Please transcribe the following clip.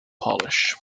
polish